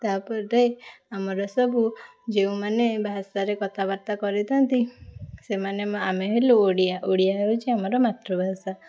ତା'ପରେ ଆମର ସବୁ ଯେଉଁମାନେ ଭାଷାରେ କଥାବାର୍ତ୍ତା କରିଥାଆନ୍ତି ସେମାନେ ଆମେ ହେଲୁ ଓଡ଼ିଆ ଓଡ଼ିଆ ହେଉଛି ଆମର ମାତୃଭାଷା